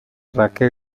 raquel